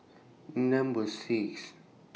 Number six